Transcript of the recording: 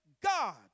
God